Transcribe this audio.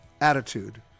attitude